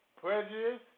prejudice